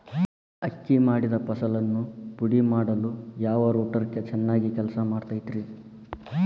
ಅಕ್ಕಿ ಮಾಡಿದ ಫಸಲನ್ನು ಪುಡಿಮಾಡಲು ಯಾವ ರೂಟರ್ ಚೆನ್ನಾಗಿ ಕೆಲಸ ಮಾಡತೈತ್ರಿ?